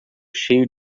cheio